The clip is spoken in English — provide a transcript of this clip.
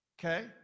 Okay